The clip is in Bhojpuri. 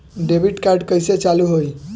डेबिट कार्ड कइसे चालू होई?